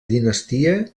dinastia